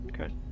Okay